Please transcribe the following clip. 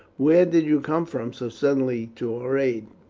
where did you come from so suddenly to our aid?